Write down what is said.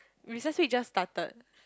recess week just started